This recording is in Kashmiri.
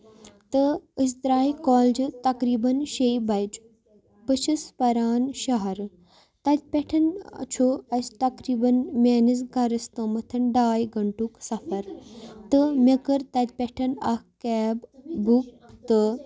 تہٕ أسۍ درایہِ کالجہِ تقریٖباً شیٚیہِ بَجہِ بہٕ چھَس پران شہرٕ تَتہِ پٮ۪ٹھ چھُ اَسہِ تقریٖباً میٲنِس گرَس تامَتھن ڈاے گنٹُک صَفر تہٕ مےٚ کٔر تَتہِ پٮ۪ٹھ اکھ کیب بُک تہٕ